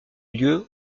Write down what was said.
lieu